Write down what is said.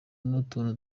n’utuntu